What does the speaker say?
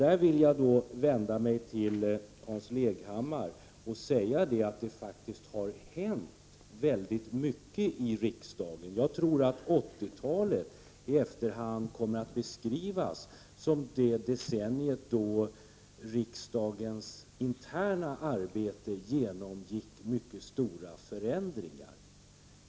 Där vill jag vända mig till Hans Leghammar och säga att det har hänt mycket i riksdagen. Jag tror att 80-talet i efterhand kommer att beskrivas som det decennium då riksdagens interna arbete genomgick mycket stora förändringar.